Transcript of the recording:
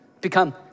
become